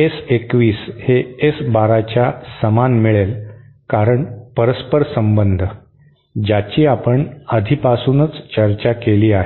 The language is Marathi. S 21 हे S 12 च्या समान मिळेल कारण परस्पर संबंध ज्याची आपण आधीपासूनच चर्चा केली आहे